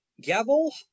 Gavel